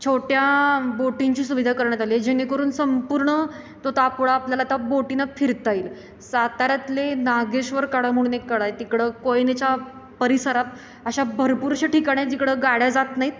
छोट्या बोटींची सुविधा करण्यात आली आहे जेणेकरून संपूर्ण तो तापोळा आपल्याला त्या बोटीनं फिरता येईल साताऱ्यातले नागेश्वर कडा म्हणून एक कडा आहे तिकडं कोयन्याच्या परिसरात अशा भरपूर अशा ठिकाणं आहे जिकडं गाड्या जात नाहीत